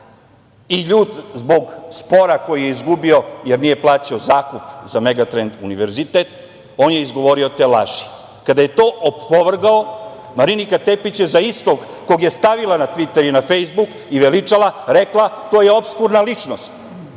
i ljut zbog spora koji je izgubio jer nije plaćao zakup za Megatrend univerzitet, on je izgovorio te laži. Kada je to opovrgao Marinika Tepić je za istog, kog je stavila na Tviter i Fejsbuk i veličala rekla da je to opskurna ličnost.